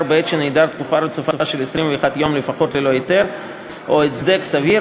בעת שנעדר תקופה רצופה של 21 יום לפחות ללא היתר או הצדק סביר,